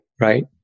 right